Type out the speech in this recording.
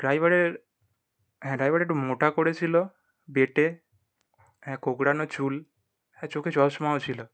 ড্রাইভারের হ্যাঁ ড্রাইভার একটু মোটা করে ছিল বেটে হ্যাঁ কোকড়ানো চুল হ্যাঁ চোখে চশমাও ছিল